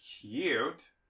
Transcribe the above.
cute